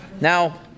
Now